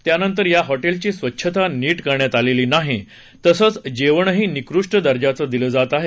त्यानंतर या हॉटेलची स्वच्छता नीट करण्यात आलेली नाही तसंच जेवणही निकृष्ट दर्जाचं दिलं जात आहे